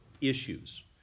issues